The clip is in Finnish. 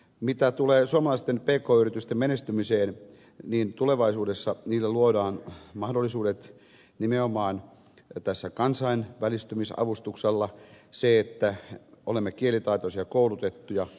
mitä tulee suomalaisten pk yritysten menestymiseen niin tulevaisuudessa niille luodaan mahdollisuudet nimenomaan tällä kansainvälistymisavustuksella sillä että olemme kielitaitoisia ja koulutettuja